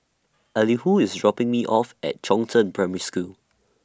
Elihu IS dropping Me off At Chongzheng Primary School